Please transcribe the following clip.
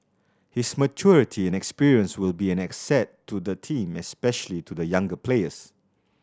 his maturity and experience will be an asset to the team especially to the younger players